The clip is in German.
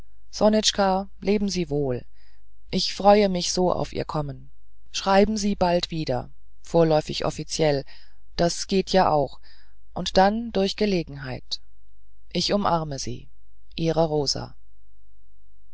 leben sie wohl ich freue mich so auf ihr kommen schreiben sie bald wieder vorläufig offiziell das geht ja auch und dann durch gelegenheit ich umarme sie ihre rosa